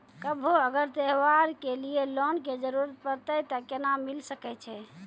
कभो अगर त्योहार के लिए लोन के जरूरत परतै तऽ केना मिल सकै छै?